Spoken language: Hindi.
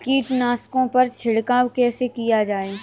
कीटनाशकों पर छिड़काव कैसे किया जाए?